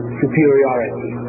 superiority